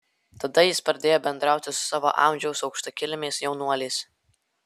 tada jis pradėjo bendrauti su savo amžiaus aukštakilmiais jaunuoliais